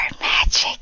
magic